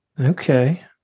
okay